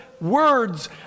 words